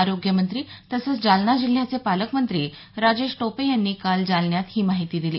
आरोग्यमंत्री तसंच जालना जिल्ह्याचे पालकमंत्री राजेश टोपे यांनी काल जालन्यात ही माहिती दिली